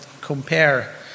compare